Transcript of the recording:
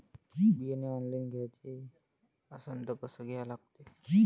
बियाने ऑनलाइन घ्याचे असन त कसं घ्या लागते?